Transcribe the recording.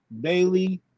Bailey